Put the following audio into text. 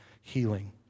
healing